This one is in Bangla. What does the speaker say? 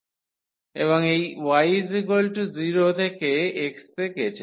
এবং y এই 0 থেকে x তে গেছে